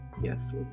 Yes